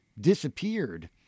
disappeared